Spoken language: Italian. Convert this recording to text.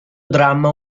dramma